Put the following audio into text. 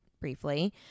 briefly